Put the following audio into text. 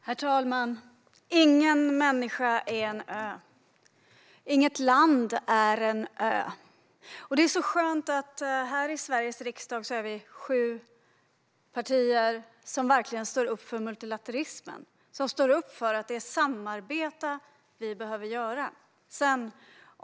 Herr talman! Ingen människa är en ö. Inget land är en ö. Det är så skönt att det i Sveriges riksdag finns sju partier som verkligen står upp för multilateralismen, som står upp för att vi behöver samarbeta.